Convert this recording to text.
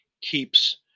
keeps